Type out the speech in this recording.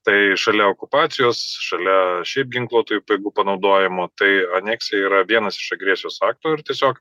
tai šalia okupacijos šalia šiaip ginkluotųjų pajėgų panaudojimo tai aneksija yra vienas iš agresijos akto ir tiesiog